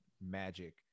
magic